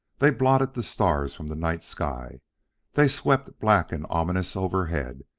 they blotted the stars from the night sky they swept black and ominous overhead,